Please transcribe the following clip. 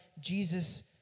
Jesus